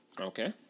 Okay